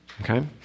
okay